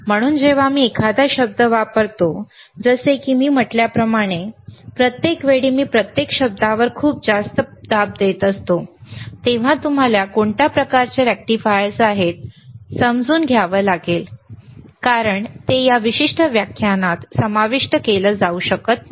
म्हणून जेव्हा मी एखादा शब्द वापरतो जसे की मी म्हटल्याप्रमाणे प्रत्येक वेळी मी प्रत्येक शब्दावर खूप जास्त दाब असतो तेव्हा तुम्हाला कोणत्या प्रकारचे रेक्टिफायर्स आहेत समजून घ्याव लागेल कारण ते या विशिष्ट व्याख्यानात समाविष्ट केले जाऊ शकत नाही